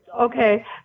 Okay